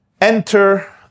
Enter